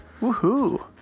woohoo